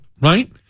right